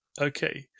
okay